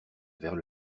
vers